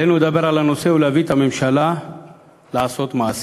עלינו לדבר על הנושא ולהביא את הממשלה לעשות מעשה.